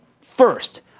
First